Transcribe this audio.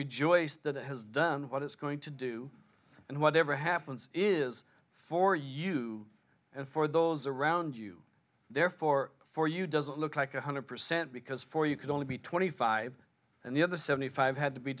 rejoice that it has done what it's going to do and whatever happens it is for you and for those around you therefore for you doesn't look like one hundred percent because for you could only be twenty five and the other seventy five had to be